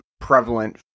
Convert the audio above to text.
prevalent